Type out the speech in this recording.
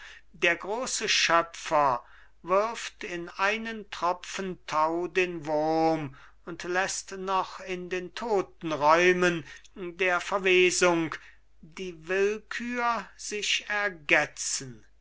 der große schöpfer wirft in einen tropfen tau den wurm und läßt noch in den toten räumen der verwesung die willkür sich ergetzen